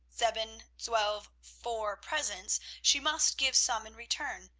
sieben, zwolf, four presents, she must give some in return,